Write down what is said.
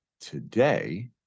today